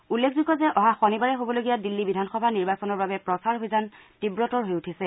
উল্লেখযোগ্য যে অহা শনিবাৰে হবলগীয়া দিল্লী বিধানসভা নিৰ্বাচনৰ বাবে প্ৰচাৰ অভিযান তীৱতৰ হৈ উঠিছে